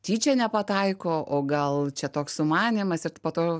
tyčia nepataiko o gal čia toks sumanymas ir po to